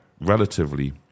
relatively